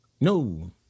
No